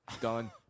Done